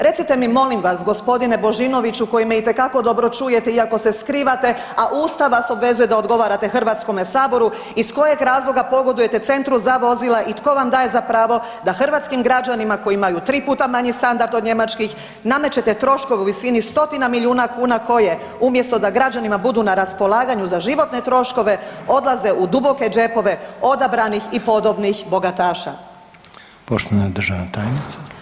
Recite mi molim vas, g. Božinoviću koji me itekako dobro čujete iako se skrivate, a usta vas obvezuju da odgovarate HS-u, iz kojeg razloga pogodujete Centru za vozila i tko vam daje za pravo da hrvatskim građanima koji imaju 3 puta manji standard od njemačkih, namećete troškove u visini stotina milijuna kuna, koje umjesto da građanima budu na raspolaganju za životne troškove, odlaze u duboke džepove odabranih i podobnih bogataša?